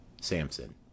Samson